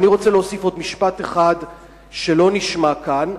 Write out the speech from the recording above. אני רוצה להוסיף עוד משפט אחד שלא נשמע כאן,